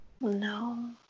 No